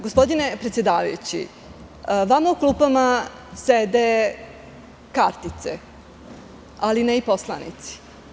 Gospodine predsedavajući, vama u klupama sede kartice, ali ne i poslanici.